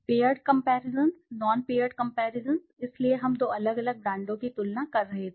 paired comparisons non paired comparisons इसलिए हम दो अलग अलग ब्रांडों की तुलना कर रहे थे